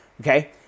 okay